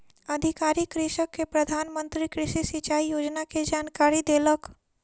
अधिकारी कृषक के प्रधान मंत्री कृषि सिचाई योजना के जानकारी देलक